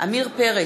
עמיר פרץ,